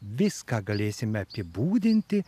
viską galėsime apibūdinti